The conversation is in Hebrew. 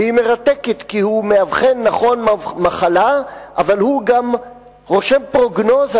והיא מרתקת כי הוא מאבחן נכון מחלה אבל הוא גם רושם פרוגנוזה,